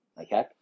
okay